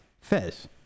Fez